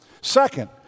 Second